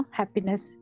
happiness